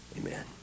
Amen